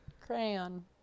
crayon